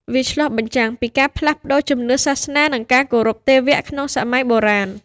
វាឆ្លុះបញ្ចាំងពីការផ្លាស់ប្តូរជំនឿសាសនា និងការគោរពទេវៈក្នុងសម័យបុរាណ។